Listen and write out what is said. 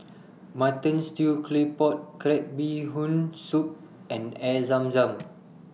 Mutton Stew Claypot Crab Bee Hoon Soup and Air Zam Zam